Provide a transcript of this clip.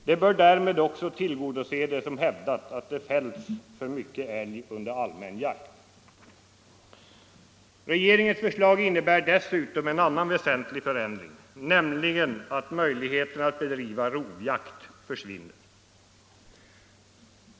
Det bör därmed också tillgodose dem som hävdat att det fälls för mycket älg under allmän jakt. Regeringens förslag innebär dessutom en annan väsentlig förändring, nämligen att möjligheterna att bedriva rovjakt försvinner.